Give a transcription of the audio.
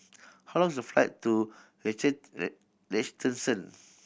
how long is the flight to Liechtenstein